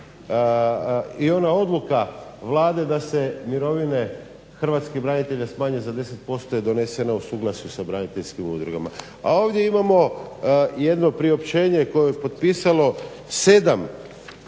i ona odluka Vlade da se mirovine hrvatskih branitelja smanje za 10% je donesena u suglasju s braniteljskim udrugama. A ovdje imamo jedno priopćenje koje je potpisalo 7